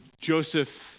Joseph